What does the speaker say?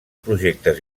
projectes